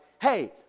hey